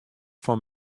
fan